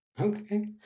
Okay